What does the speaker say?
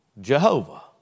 Jehovah